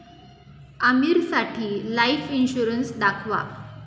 आमीरसाठी life insurance दाखवा